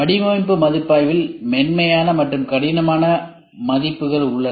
வடிவமைப்பு மதிப்பாய்வில் மென்மையான மற்றும் கடினமான மதிப்புரைகள் உள்ளன